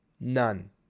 None